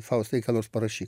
faustai ką nors parašyk